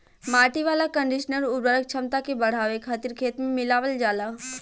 माटी वाला कंडीशनर उर्वरक क्षमता के बढ़ावे खातिर खेत में मिलावल जाला